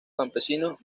campesinos